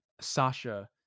Sasha